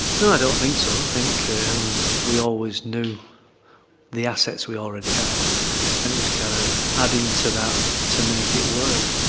no, i don't think so. i think um we always knew the assets we already had and it was kind of adding to that to make it work.